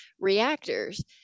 reactors